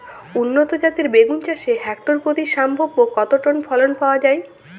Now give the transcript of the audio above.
উন্নত জাতের বেগুন চাষে হেক্টর প্রতি সম্ভাব্য কত টন ফলন পাওয়া যায়?